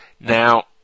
Now